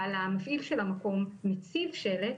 אבל המפעיל של המקום מציב שלט,